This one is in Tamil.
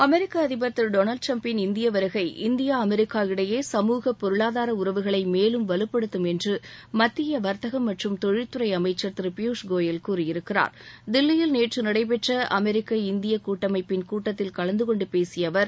அமெரிக்க அதிபர் திரு டொளால்டு டிரம்ப்பின் இந்திய வருகை இந்தியா அமெரிக்க இடையே சமூக பொருளாதார உறவுகளை மேலும் வலுப்படுத்தும் என்று மத்திய வர்த்தகம் மற்றும் தொழில்துறை அமைச்சர் திரு பியூஷ் கோயல் கூறியிருக்கிறார் தில்லியில் நேற்று நடைபெற்ற அமெரிக்க இந்திய கூட்டமைப்பின் கூட்டத்தில் கலந்து கொண்டு பேசிய அவர்